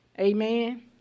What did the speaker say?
Amen